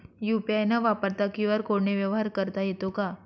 UPI न वापरता QR कोडने व्यवहार करता येतो का?